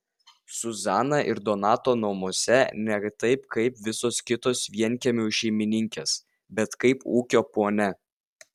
zuzana ir donato namuose ne taip kaip visos kitos vienkiemių šeimininkės bet kaip ūkio ponia